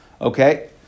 Okay